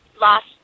Lost